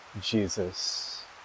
Jesus